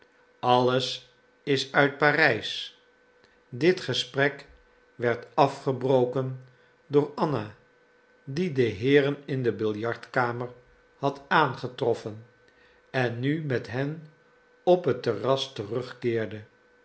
alles is uit parijs dit gesprek werd afgebroken door anna die de heeren in de biljartkamer had aangetroffen en nu met hen op het terras terugkeerde